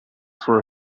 for